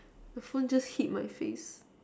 the phone just hit my face